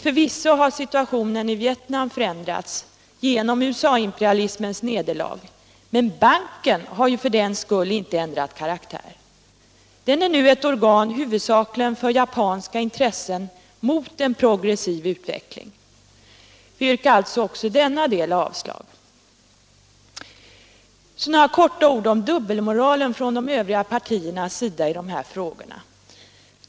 Förvisso har situationen i Vietnam förändrats genom USA-imperialismens nederlag, men banken har för den skull inte ändrat karaktär. Den är nu ett organ huvudsakligen för japanska intressen mot en progressiv utveckling. Vi yrkar alltså också i denna del avslag. Slutligen, herr talman, några ord om dubbelmoralen från övriga partiers sida i dessa frågor.